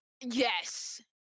yes